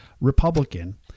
Republican